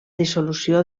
dissolució